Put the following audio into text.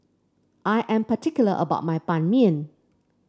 I am particular about my Ban Mian